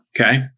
Okay